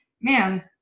man